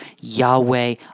Yahweh